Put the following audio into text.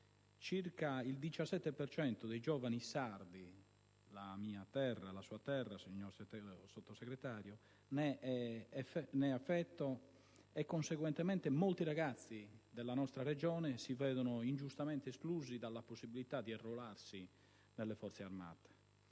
per cento dei giovani sardi (la mia terra, la sua terra, signor Sottosegretario) ne è affetto. Conseguentemente, molti ragazzi della nostra Regione si vedono ingiustamente esclusi dalla possibilità di arruolarsi nelle Forze armate.